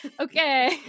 Okay